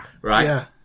right